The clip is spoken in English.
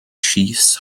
chiefs